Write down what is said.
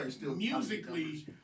musically